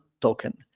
token